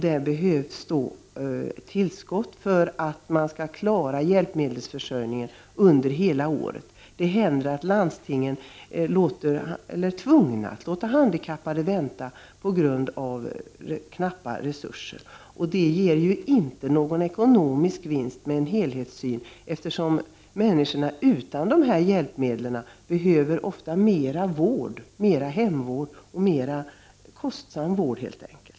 Där behövs tillskott för att klara hjälpmedelsförsörjningen under hela året. Det händer nämligen att landstingen är tvungna att låta handikappade vänta på grund av knappa resurser, och det ger ju inte någon ekonomisk vinst med en helhetssyn, eftersom människorna utan dessa hjälpmedel ofta behöver mera hemvård och mera kostsam vård, helt enkelt.